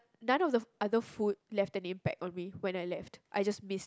none of the other food left an impact on me when I left I just miss